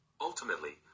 Ultimately